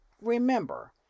Remember